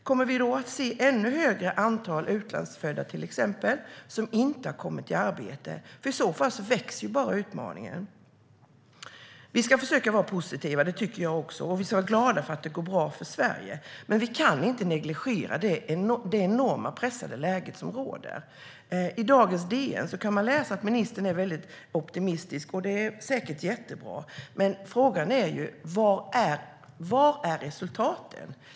Kommer vi då att se ett ännu större antal utlandsfödda, till exempel, som inte har kommit i arbete? I så fall växer bara utmaningen. Vi ska försöka vara positiva; det tycker jag också. Vi ska vara glada för att det går bra för Sverige, men vi kan inte negligera det enormt pressade läge som råder. I dagens DN kan man läsa att ministern är optimistisk, och det är säkert jättebra. Men frågan är: Var är resultaten?